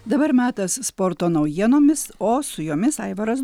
dabar metas sporto naujienomis o su jomis aivaras